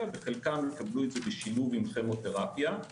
וחלקם יקבלו את זה בשילוב עם כימותרפיה.